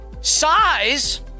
size